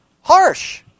Harsh